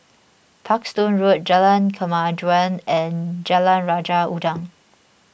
Parkstone Road Jalan Kemajuan and Jalan Raja Udang